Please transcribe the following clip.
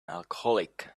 alcoholic